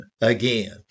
again